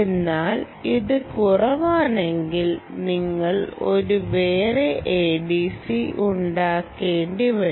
എന്നാൽ ഇത് കുറവാണെങ്കിൽ നിങ്ങൾ ഒരു വേറെ ADC ഉപയോഗിക്കേണ്ടി വരും